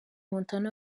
montana